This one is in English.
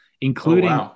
including